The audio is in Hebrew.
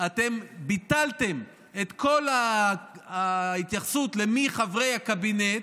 אתם ביטלתם את כל ההתייחסות למיהם חברי קבינט,